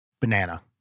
Banana